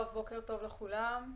בוקר טוב לכולם,